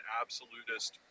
absolutist